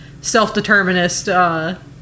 self-determinist